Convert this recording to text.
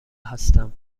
هستم